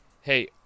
Hey